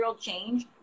change